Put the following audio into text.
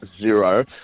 zero